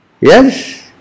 Yes